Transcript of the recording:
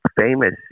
famous